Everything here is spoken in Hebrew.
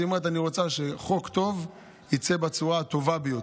היא הייתה אומרת: אני רוצה שחוק טוב יצא בצורה הטובה ביותר,